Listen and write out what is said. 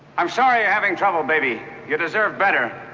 i'm sorry you're having trouble, baby. you deserve better.